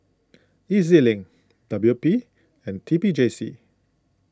E Z Link W P and T P J C